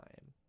Time